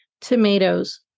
tomatoes